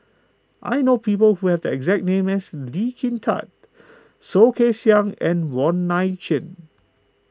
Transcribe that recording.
I know people who have the exact name as Lee Kin Tat Soh Kay Siang and Wong Nai Chin